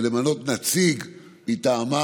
ולמנות נציג מטעמה.